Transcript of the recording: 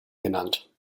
genannt